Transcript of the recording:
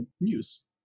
news